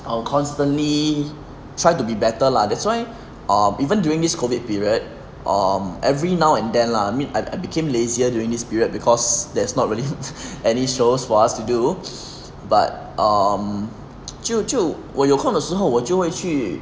err constantly try to be better lah that's why err even during this COVID period um every now and then lah I mean I became lazier during this period because there's not really any shows for us to do but um 就就我有空的时候我就会去